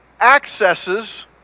accesses